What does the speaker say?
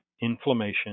inflammation